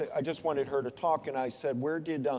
i just wanted her to talk and i said where did,